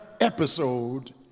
episode